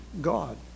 God